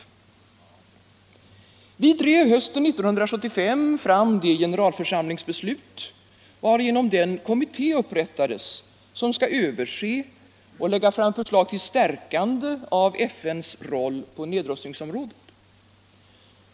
Vi drev hösten 1975 fram det generalförsamlingsbeslut, varigenom den kommitté upprättades som skall överse och lägga fram förslag till stiärkande av FN:s roll på nedrustningsområdet.